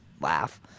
laugh